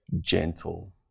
gentle